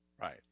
right